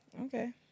Okay